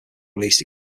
released